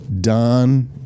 Don